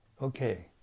Okay